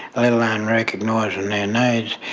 let along recognising their needs,